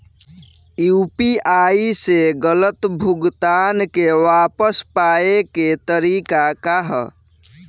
UPI से गलत भुगतान के वापस पाये के तरीका का ह?